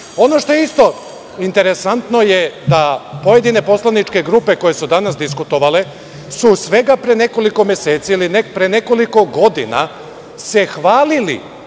što je isto interesantno je da pojedine poslaničke grupe koje su danas diskutovale su svega pre nekoliko meseci ili pre nekoliko godina se hvalile